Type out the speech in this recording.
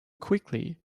quickly